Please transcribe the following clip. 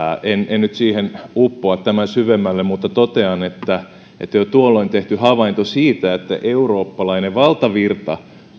en nyt siihen uppoa tämän syvemmälle mutta totean että että jo tuolloin tehtiin havainto siitä että eurooppalainen valtavirta